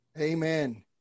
Amen